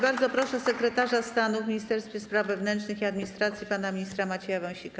Bardzo proszę sekretarza stanu w Ministerstwie Spraw Wewnętrznych i Administracji pana ministra Macieja Wąsika.